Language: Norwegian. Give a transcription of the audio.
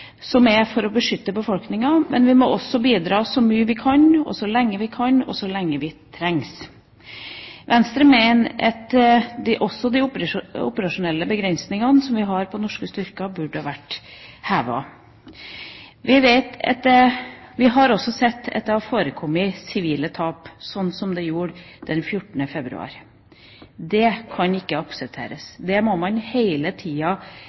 for å beskytte befolkningen, men vi må også bidra så mye vi kan, så lenge vi kan og så lenge vi trengs. Venstre mener at også de operasjonelle begrensningene, som vi har for norske styrker, burde vært hevet. Vi har også sett at det har forekommet sivile tap, slik det gjorde den 14. februar. Det kan ikke aksepteres. Det må man hele tida